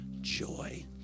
joy